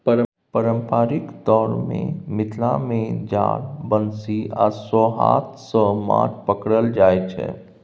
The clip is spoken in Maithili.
पारंपरिक तौर मे मिथिला मे जाल, बंशी आ सोहथ सँ माछ पकरल जाइ छै